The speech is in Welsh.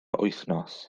wythnos